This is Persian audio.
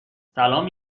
سلام